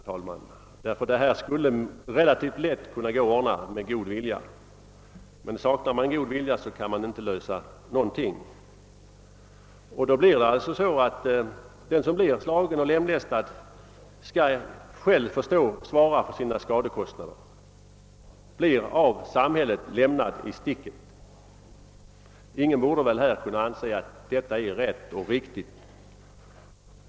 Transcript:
Dessa frågor skulle relativt lätt kunna lösas med god vilja, men saknas den goda viljan kan man inte lösa någonting. Den som blir slagen och lemlästad kommer alltså själv att få svara för sina kostnader. Han blir av samhället lämnad i sticket. Ingen borde kunna anse att detta är rätt och riktigt.